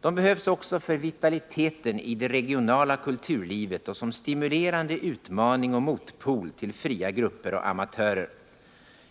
De behövs också för vitaliteten i det regionala kulturlivet och som stimulerande utmaning och motpol till fria grupper och amatörer.